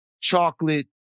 chocolate